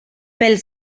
pel